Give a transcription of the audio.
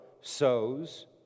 sows